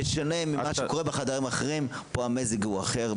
בשונה ממה שקורה בחדרים אחרים פה המזג הוא אחר,